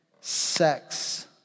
sex